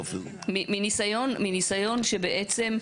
מניסיון שבעצם,